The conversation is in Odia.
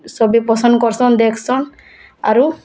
ସବେ ପସନ୍ଦ୍ କର୍ସନ୍ ଦେଖ୍ସନ୍ ଆରୁ